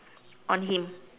on him